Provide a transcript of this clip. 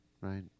Right